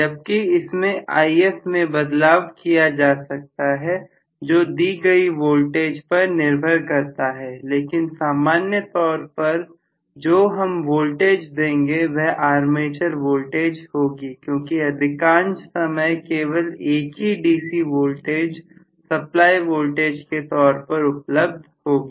जबकि इसमें If में बदलाव किया जा सकता है जो दी गई वोल्टेज पर निर्भर करता है लेकिन सामान्य तौर पर जो हम वोल्टेज देंगे वह आर्मेचर वोल्टेज होगी क्योंकि अधिकांश समय केवल एक ही डीसी वोल्टेज सप्लाई वोल्टेज के तौर पर उपलब्ध होगी